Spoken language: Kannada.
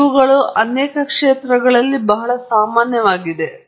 ಇವುಗಳು ಅನೇಕ ಕ್ಷೇತ್ರಗಳಲ್ಲಿ ಬಹಳ ಸಾಮಾನ್ಯವಾಗಿದೆ